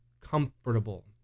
comfortable